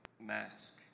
mask